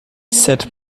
cette